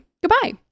goodbye